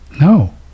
no